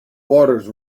waters